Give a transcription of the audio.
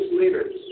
leaders